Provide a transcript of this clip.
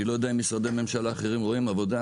אני לא יודע איך משרדי הממשלה האחרים רואים עבודה,